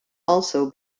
also